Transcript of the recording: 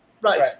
Right